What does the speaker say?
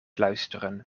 luisteren